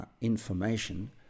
information